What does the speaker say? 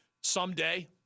someday